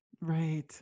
Right